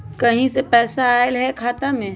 कहीं से पैसा आएल हैं खाता में?